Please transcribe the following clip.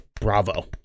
bravo